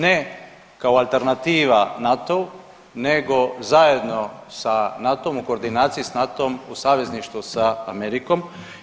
Ne, kao alternativa NATO-u nego zajedno sa NATO, u koordinaciji s NATO-om, u savezništvu sa Amerikom.